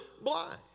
blind